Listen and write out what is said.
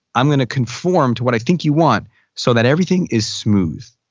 i'm gonna conform to what i think you want so that everything is smooth.